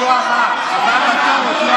אני מבקש חוות דעת של היועץ